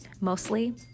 Mostly